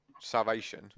Salvation